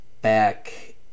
back